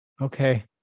okay